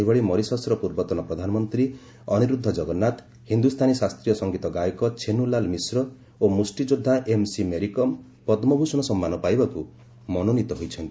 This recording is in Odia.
ସେହିଭଳି ମରିସସ୍ର ପୂର୍ବତନ ପ୍ରଧାନମନ୍ତ୍ରୀ ଅନିରୁଦ୍ଧ ଜଗନ୍ନାଥ ହିନ୍ଦୁସ୍ଥାନୀ ଶାସ୍ତୀୟ ସଙ୍ଗୀତ ଗାୟକ ଛେନ୍ନୁଲାଲ ମିଶ୍ର ଓ ମୁଷ୍ଟିଯୋଦ୍ଧା ଏମସି ମେରିକମ୍ ପଦ୍କଭୂଷଣ ସମ୍ମାନ ପାଇବାକୁ ମନୋନୀତ ହୋଇଛନ୍ତି